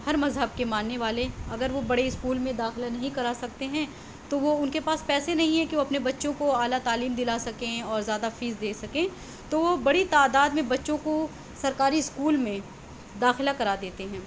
ہر مذہب کے ماننے والے اگر وہ بڑے اسکول میں داخلہ نہیں کرا سکتے ہیں تو وہ ان کے پاس پیسے نہیں ہے کہ وہ اپنے بچوں کو اعلیٰ تعلیم دلا سکیں اور زیادہ فیس دے سکیں تو وہ بڑی تعداد میں بچوں کو سرکاری اسکول میں داخلہ کرا دیتے ہیں